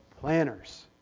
planners